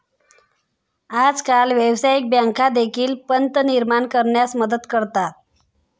आजकाल व्यवसायिक बँका देखील पत निर्माण करण्यास मदत करतात